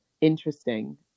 interesting